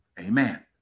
amen